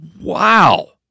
wow